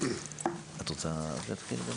את רוצה להתחיל?